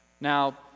Now